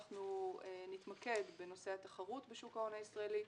אנחנו נתמקד בנושא התחרות בשוק ההון הישראלי.